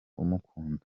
umukunda